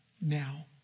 now